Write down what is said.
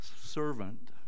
servant